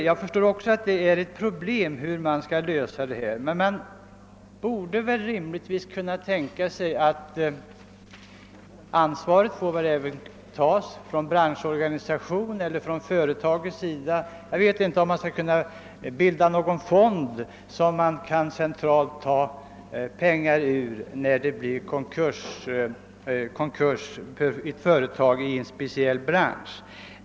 Jag förstår att det är ett svårt problem att lösa detta, men man borde väl rimligtvis kunna tänka sig att ansvar även bör tas från branschorganisationens eller från företagets sida. Jag vet inte om man skulle kunna bilda någon fond som man centralt kan ta pengar ur i händelse av konkurs inom en viss bransch.